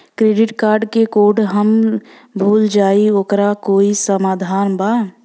Credit card क code हम भूल गइली ओकर कोई समाधान बा?